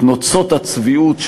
את נוצות הצביעות,